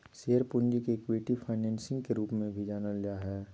share पूंजी के equity financing के रूप में भी जानल जा हइ